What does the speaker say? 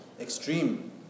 Extreme